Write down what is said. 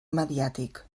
mediàtic